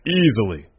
easily